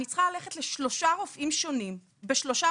אני צריכה ללכת לשלושה רופאים שונים בשלושה